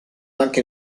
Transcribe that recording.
anche